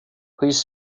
please